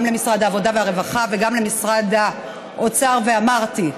גם למשרד העבודה והרווחה וגם למשרד האוצר ואמרתי: